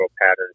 pattern